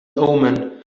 omen